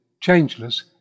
changeless